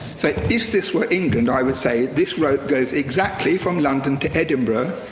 so if this were england, i would say this rope goes exactly from london to edinburgh.